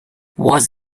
was